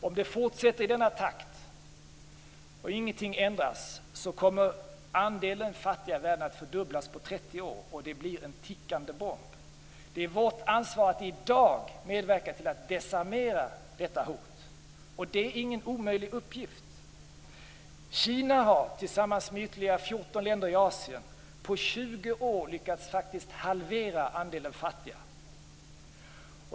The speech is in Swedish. Om det fortsätter i denna takt och om ingenting ändras kommer andelen fattiga i världen att fördubblas på 30 år, och det blir en tickande bomb. Det är vårt ansvar att i dag medverka till att desarmera detta hot, och det är ingen omöjlig uppgift. Kina har, tillsammans med ytterligare 14 länder i Asien, på 20 år faktiskt lyckats halvera andelen fattiga.